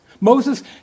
Moses